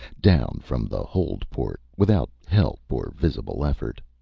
down from the hold-port without help or visible effort.